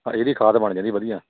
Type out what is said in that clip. ਹਾਂ ਇਹਦੀ ਖਾਦ ਬਣ ਜਾਂਦੀ ਵਧੀਆ